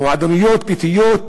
מועדוניות ביתיות